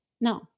No